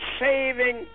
saving